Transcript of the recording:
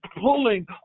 pulling